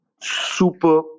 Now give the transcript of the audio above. super